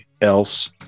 else